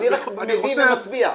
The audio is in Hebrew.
מביא ומצביע.